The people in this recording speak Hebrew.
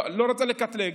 לא רוצה לקטלג,